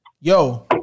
yo